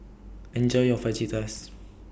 Enjoy your Fajitas